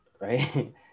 right